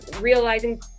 realizing